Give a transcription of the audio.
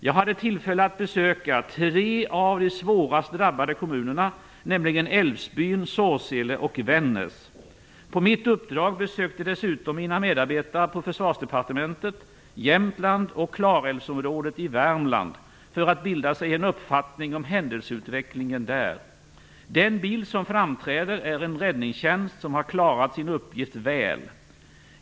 Jag hade tillfälle att besöka tre av de svårast drabbade kommunerna, nämligen Älvsbyn, Sorsele och Vännäs. På mitt uppdrag besökte dessutom mina medarbetare på Försvarsdepartementet Jämtland och Klarälvsområdet i Värmland för att bilda sig en uppfattning om händelseutvecklingen där. Den bild som framträder är en räddningstjänst, som har klarat sin uppgift väl.